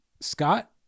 Scott